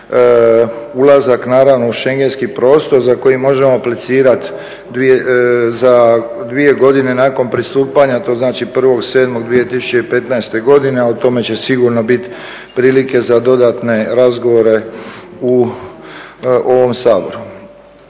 ulazak naravno u Šengajski prostor za koji možemo aplicirati za 2 godine nakon pristupanja, to znači 01.07. 2015. godine, a o tome će sigurno biti prilike za dodatne razgovore u ovom Saboru.